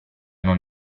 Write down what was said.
non